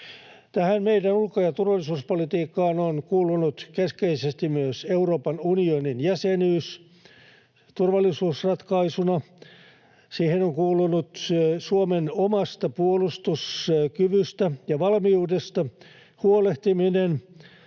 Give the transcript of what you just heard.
Tähän meidän ulko- ja turvallisuuspolitiikkaan on kuulunut keskeisesti myös Euroopan unionin jäsenyys turvallisuusratkaisuna. Siihen on kuulunut Suomen omasta puolustuskyvystä ja ‑valmiudesta huolehtiminen